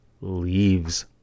leaves